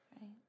Right